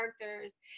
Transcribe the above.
characters